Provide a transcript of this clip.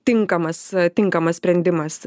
tinkamas tinkamas sprendimas